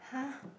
[huh]